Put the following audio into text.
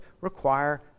require